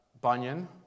Bunyan